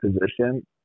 position